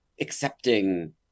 accepting